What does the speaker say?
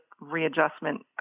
readjustment